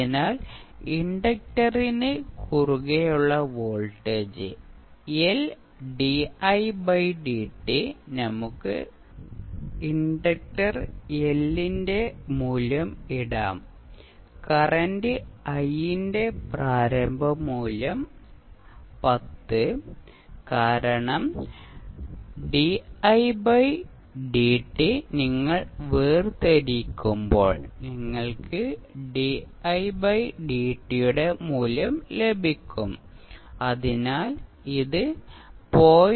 അതിനാൽ ഇൻഡക്റ്ററിന് കുറുകെയുള്ള വോൾട്ടേജ് L di dt നമുക്ക് ഇൻഡക്റ്റർ L ന്റെ മൂല്യം ഇടാം കറന്റ് I ന്റെ പ്രാരംഭ മൂല്യം i0 കാരണം di ബൈ dt നിങ്ങൾ വേർതിരിക്കുമ്പോൾ നിങ്ങൾക്ക് di dt യുടെ മൂല്യം ലഭിക്കും അതിനാൽ ഇത് 0